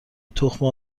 تخم